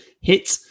hit